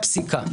והפסיקה,